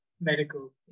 medical